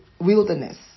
wilderness